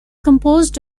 composed